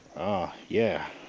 ahh! yeah!